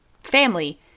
Family